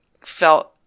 felt